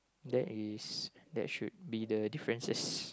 that is that should be the differences